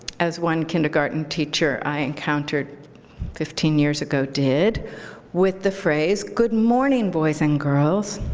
as one kindergarten teacher i encountered fifteen years ago did with the phrase, good morning, boys and girls,